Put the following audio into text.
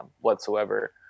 whatsoever